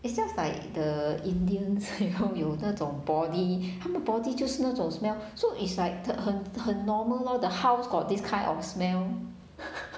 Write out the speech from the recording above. it's just like the indians you know 有那种 body 他们 body 就是那种 smell so it's like 很很 normal lor the house got this kind of smell